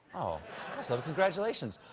ah so congratulations.